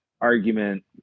argument